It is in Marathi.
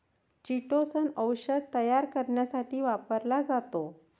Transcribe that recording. चिटोसन औषध तयार करण्यासाठी वापरला जातो